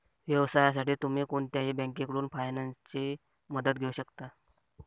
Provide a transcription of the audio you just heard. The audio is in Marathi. व्यवसायासाठी तुम्ही कोणत्याही बँकेकडून फायनान्सची मदत घेऊ शकता